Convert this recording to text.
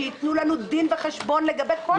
שייתנו לנו דין וחשבון לגבי כל הפרויקטים הללו.